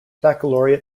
baccalaureate